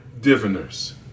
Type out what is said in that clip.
diviners